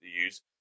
use